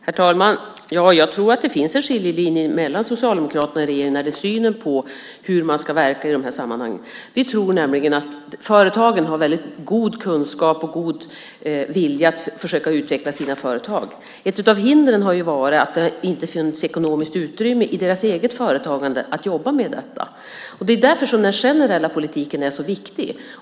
Herr talman! Jag tror att det finns en skiljelinje mellan Socialdemokraterna och regeringen när det gäller synen på hur man ska verka i de här sammanhangen. Vi tror nämligen att företagen har väldigt god kunskap och god vilja att försöka utveckla sina företag. Ett av hindren har ju varit att det inte har funnits ekonomiskt utrymme i deras eget företagande för att jobba med detta. Det är därför som den generella politiken är så viktig.